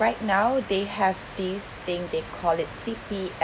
right now they have this thing they call it C_P_F